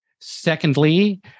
Secondly